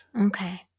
Okay